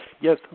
yes